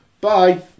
bye